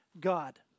God